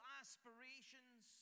aspirations